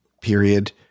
period